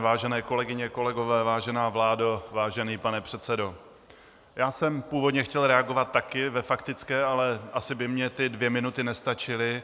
Vážené kolegyně, kolegové, vážená vládo, vážený pane předsedo, původně jsem chtěl reagovat taky ve faktické, ale asi by mi dvě minuty nestačily.